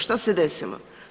Što se desilo?